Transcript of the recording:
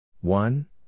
one